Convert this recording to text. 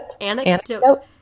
Anecdote